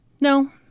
no